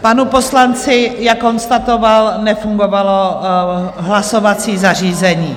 Panu poslanci, jak konstatoval, nefungovalo hlasovací zařízení.